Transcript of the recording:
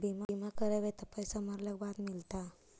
बिमा करैबैय त पैसा मरला के बाद मिलता?